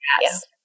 Yes